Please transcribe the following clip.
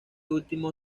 último